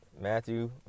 Matthew